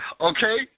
Okay